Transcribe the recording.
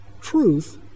truth